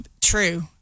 True